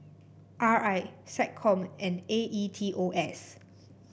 R I SecCom and A E T O S